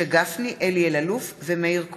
משה גפני, אלי אלאלוף ומאיר כהן,